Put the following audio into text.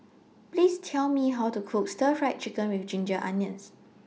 Please Tell Me How to Cook Stir Fried Chicken with Ginger Onions